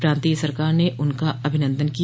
प्रांतीय सरकार ने उनका अभिनंदन किया